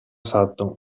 sutton